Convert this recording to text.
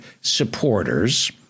supporters